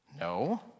No